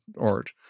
art